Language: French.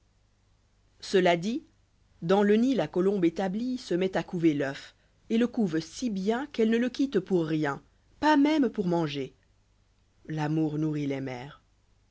cela dit dans le nid la colombe établie se met à couver l'oeuf et le couve si bien qu'elle ne le quitte pour rien pas même pour manger l'amour nourrit les